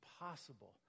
impossible